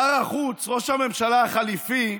שר החוץ, ראש הממשלה החליפי,